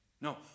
No